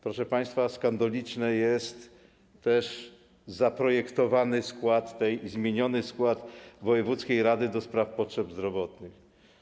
Proszę państwa, skandaliczny jest też zaprojektowany skład, zmieniony skład wojewódzkiej rady do spraw potrzeb zdrowotnych.